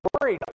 worried